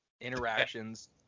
interactions